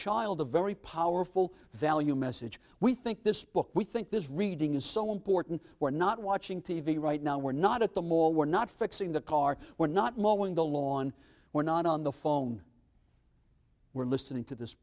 child a very powerful value message we think this book we think this reading is so important we're not watching t v right now we're not at the mall we're not fixing the car we're not mauling the lawn we're not on the phone we're listening to this